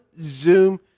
Zoom